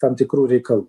tam tikrų reikalų